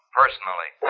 personally